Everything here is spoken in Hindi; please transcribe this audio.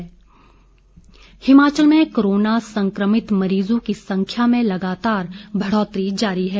कोविड अपडेट हिमाचल में कोरोना संक्रमित मरीजों की संख्या में लगातार बढोतरी जारी है